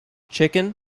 chicken